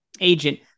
agent